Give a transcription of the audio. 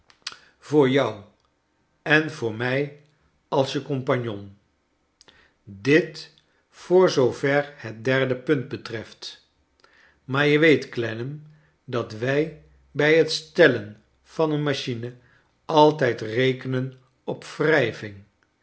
voor jou charles dickens en voor mij als e compagnon bit voor zoover het derde punt betreft maar je weet clennam dat wij bij het stellen van een machine altijd rekenen op wrijving